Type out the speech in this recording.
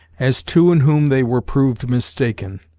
as two in whom they were proved mistaken,